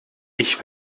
ich